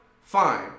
Fine